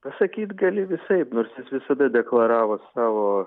pasakyt gali visaip nors jis visada deklaravo savo